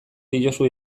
diozu